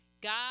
God